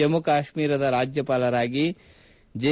ಜಮ್ನು ಕಾಶ್ಮೀರದ ಉಪರಾಜ್ಯಪಾಲರಾಗಿ ಜಿ